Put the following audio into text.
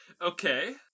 Okay